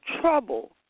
trouble